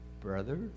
brother